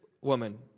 woman